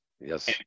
Yes